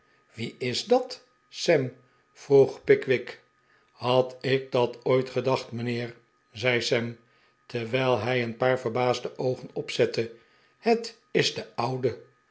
wie is dat sam vroeg pickwick had ik dat ooit gedacht mijnheer zei sam terwijl hij een paar verbaasde oogen opzette het is de oude